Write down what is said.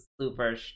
super